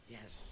Yes